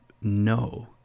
no